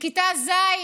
בכיתה ז'